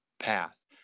path